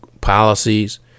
policies